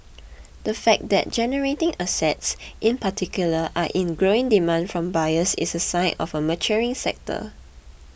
the fact that generating assets in particular are in growing demand from buyers is a sign of a maturing sector